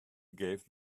gave